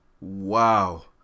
Wow